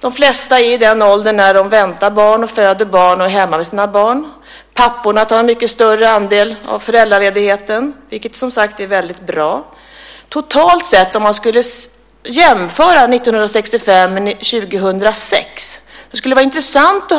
De flesta är i den ålder då de väntar barn, föder barn eller är hemma med sina barn. Papporna tar ut en större del av föräldraledigheten, vilket jag som sagt tycker är bra. Det skulle vara intressant att jämföra 1965 och 2006.